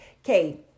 Okay